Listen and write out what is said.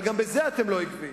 אבל גם בזה אתם לא עקביים.